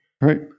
Right